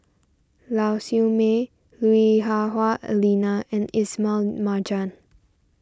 Lau Siew Mei Lui Hah Wah Elena and Ismail Marjan